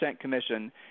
commission